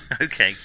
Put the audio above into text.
Okay